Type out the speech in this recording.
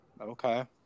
Okay